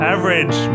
Average